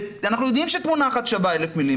ואנחנו יודעים שמילה אחת שווה אלף מילים,